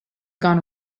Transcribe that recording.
gone